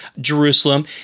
Jerusalem